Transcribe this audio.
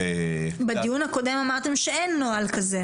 בדיון הקודם אמרתם שאין נוהל כזה.